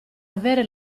avere